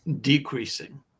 decreasing